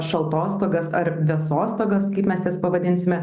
šaltostogas ar vėsostogas kaip mes jas pavadinsime